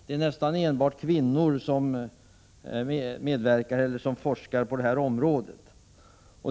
Det är nästan enbart kvinnor som forskar på det området.